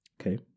Okay